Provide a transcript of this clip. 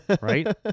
right